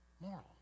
Moral